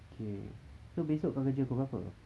okay so besok kau kerja pukul berapa